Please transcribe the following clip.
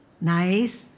Nice